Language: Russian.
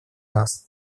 нас